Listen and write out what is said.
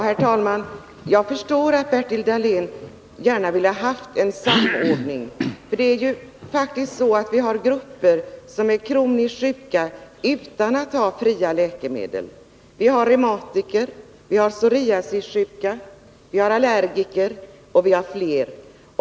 Herr talman! Jag förstår att Bertil Dahlén gärna skulle vilja ha en samordning. Vi har ju grupper av människor som är kroniskt sjuka utan att ha fria läkemedel — reumatiker, psoriasissjuka, allergiker m.fl.